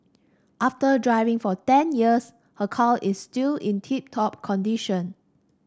after driving for ten years her car is still in tip top condition